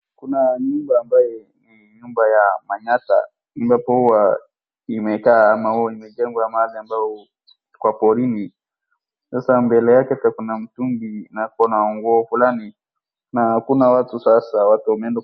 Kuna nyumba ambaye ni nyumba ya manyatta imepoa ama imekaa ama huwa imejengwa mahali ambao kwa porini. Sasa mbele yake kuna mtungi na kuna nguo fulani na hakuna watu sasa watu wameenda.